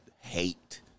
hate